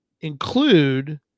include